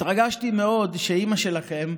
התרגשתי מאוד שאימא שלכם,